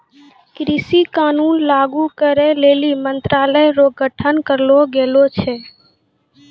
कृषि कानून लागू करै लेली मंत्रालय रो गठन करलो गेलो छै